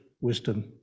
wisdom